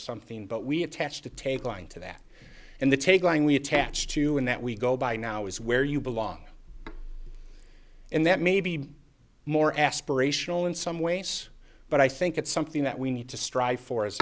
something but we attach to tape going to that and the take line we attach to and that we go by now is where you belong and that may be more aspirational in some ways but i think it's something that we need to strive for